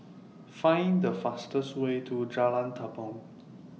Find The fastest Way to Jalan Tepong